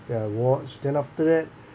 that I watched then after that